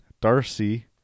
Darcy